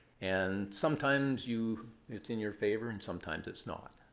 and sometimes you it's in your favor, and sometimes it's not.